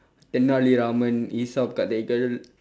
thenali raman கதைகள்:kathaigal